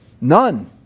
None